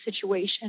situation